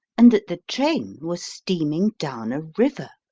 and that the train was steaming down a river.